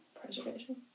Preservation